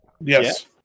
Yes